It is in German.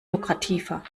lukrativer